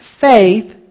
Faith